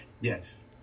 Yes